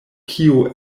kio